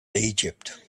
egypt